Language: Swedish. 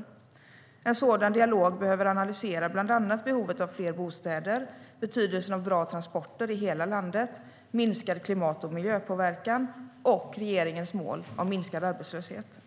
I en sådan dialog behöver man analysera bland annat behovet av fler bostäder, betydelsen av bra transporter i hela landet, minskad klimat och miljöpåverkan och regeringens mål om minskad arbetslöshet.